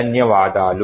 ధన్యవాదాలు